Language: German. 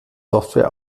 software